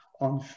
on